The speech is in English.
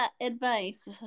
advice